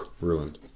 ruined